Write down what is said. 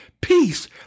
peace